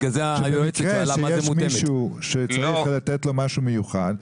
אם יש מישהו שצריך לתת לו משהו מיוחד,